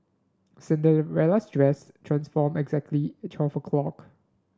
Cinderella's dress transformed exactly at twelve o'clock